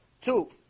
Two